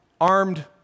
armed